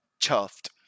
chuffed